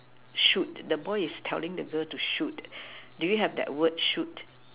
shoot the boy is telling the girl to shoot do you have the word shoot